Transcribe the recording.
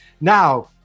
Now